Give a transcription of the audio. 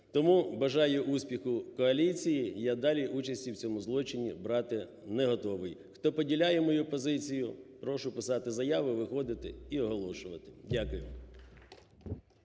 Тому бажаю успіху коаліції. Я далі участі в цьому злочині брати не готовий. Хто поділяє мою позицію, прошу писати заяви, виходити і оголошувати. Дякую.